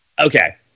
Okay